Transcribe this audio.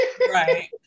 Right